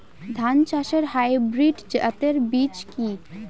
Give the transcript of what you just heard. ধান চাষের হাইব্রিড জাতের বীজ কি?